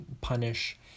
punish